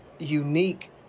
unique